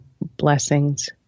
blessings